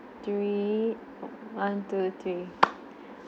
three one two three